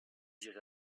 irez